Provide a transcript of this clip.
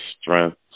strength